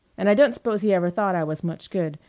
and i don't suppose he ever thought i was much good.